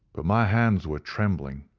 but my hands were trembling,